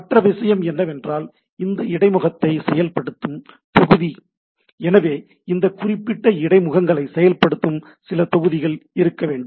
மற்ற விஷயம் என்னவென்றால் இந்த இடைமுகத்தை செயல்படுத்தும் தொகுதி எனவே இந்த குறிப்பிட்ட இடைமுகங்களை செயல்படுத்தும் சில தொகுதிகள் இருக்க வேண்டும்